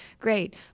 great